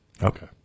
Okay